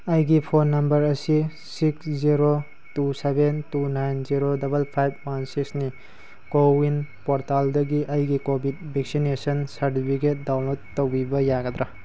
ꯑꯩꯒꯤ phone number ꯑꯁꯤ six zero two seven two nine zero double five one ꯁꯤꯛꯁꯅꯤ CoWIN ꯄꯣꯔꯇꯦꯜꯗꯒꯤ ꯑꯩꯒꯤ ꯀꯣꯕꯤꯗ ꯕꯦꯛꯁꯤꯅꯦꯁꯟ ꯁꯥꯔꯇꯤꯐꯤꯀꯦꯠ ꯗꯥꯎꯟꯂꯣꯗ ꯇꯧꯕꯤꯕ ꯌꯥꯒꯗ꯭ꯔꯥ